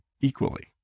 equally